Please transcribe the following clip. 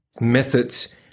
methods